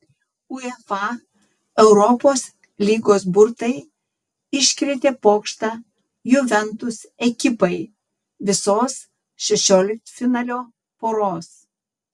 uefa europos lygos burtai iškrėtė pokštą juventus ekipai visos šešioliktfinalio poros